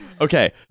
Okay